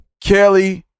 Kelly